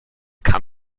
kann